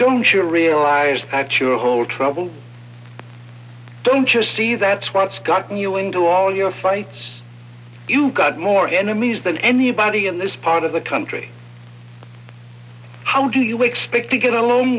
don't you realize that you old trouble don't you see that's what's got you into all your fights you got more enemies than anybody in this part of the country how do you expect to get alon